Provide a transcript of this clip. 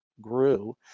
grew